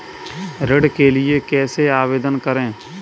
ऋण के लिए कैसे आवेदन करें?